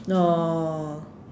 no